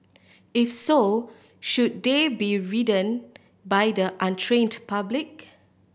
if so should they be ridden by the untrained public